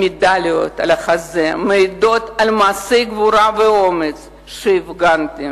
המדליות על החזה מעידות על מעשי הגבורה והאומץ שהפגנתם.